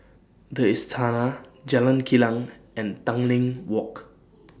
The Istana Jalan Kilang and Tanglin Walk